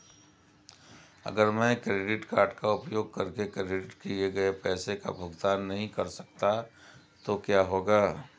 अगर मैं credit card का उपयोग करके क्रेडिट किए गए पैसे का भुगतान नहीं कर सकता तो क्या होगा?